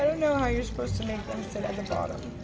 know how you're supposed to make them sit at the bottom.